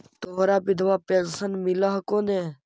तोहरा विधवा पेन्शन मिलहको ने?